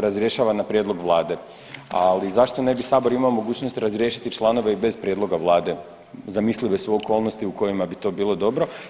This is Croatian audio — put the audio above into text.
razrješava na prijedlog vlade, ali zašto ne bi sabor imao mogućnost razriješiti članove i bez prijedloga vlade, zamislive su okolnosti u kojima bi to bilo dobro.